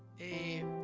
a